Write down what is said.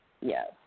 Yes